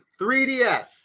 3DS